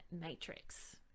matrix